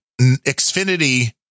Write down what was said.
Xfinity